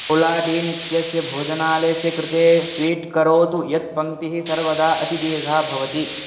ओलाडीन् इत्यस्य भोजनालयस्य कृते ट्वीट् करोतु यत् पङ्क्तिः सर्वदा अतिदीर्घा भवति